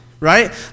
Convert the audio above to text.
right